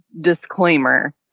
disclaimer